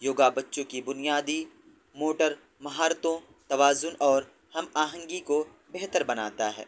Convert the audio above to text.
یوگا بچوں کی بنیادی موٹر مہارتوں توازن اور ہم آہنگی کو بہتر بناتا ہے